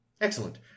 Excellent